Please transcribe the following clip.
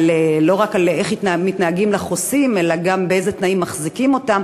לא רק איך מתנהגים לחוסים אלא גם באילו תנאים מחזיקים אותם.